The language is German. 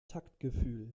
taktgefühl